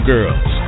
Girls